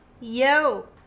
Yo